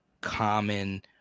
common